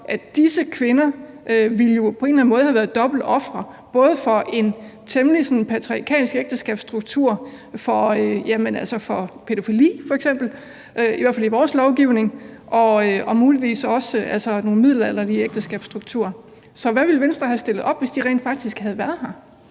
anden måde ville have været dobbelte ofre, både for en temmelig patriarkalsk ægteskabsstruktur, for pædofili f.eks., i hvert fald i vores lovgivning, og muligvis også nogle middelalderlige ægteskabsstrukturer. Så hvad ville Venstre have stillet op, hvis de rent faktisk havde været her?